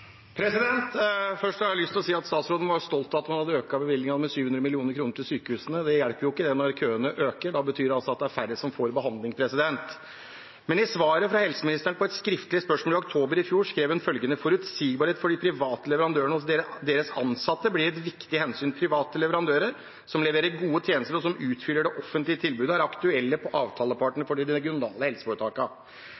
Først har jeg lyst til å si at statsråden var stolt av at man hadde økt bevilgningene til sykehusene med 700 mill. kr. Det hjelper ikke når køene øker. Da betyr det altså at det er færre som får behandling. Men i svaret fra helseministeren på et skriftlig spørsmål i oktober i fjor skrev hun følgende: «Forutsigbarhet for de private leverandørene og deres ansatte blir også et viktig hensyn. Private leverandører som leverer gode tjenester og som utfyller det offentlige tilbudet er aktuelle